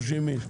30 איש,